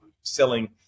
selling